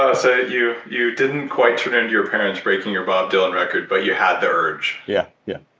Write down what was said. ah ah you you didn't quite turn into your parents breaking your bob dylan record but you had the urge yeah, yeah.